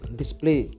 display